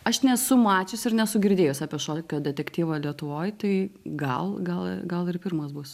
aš nesu mačius ir nesu girdėjus apie šokio detektyvą lietuvoj tai gal gal gal ir pirmas bus